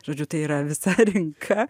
žodžiu tai yra visa rinka